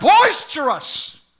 boisterous